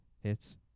hits